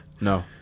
No